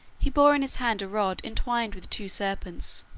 he bore in his hand a rod entwined with two serpents,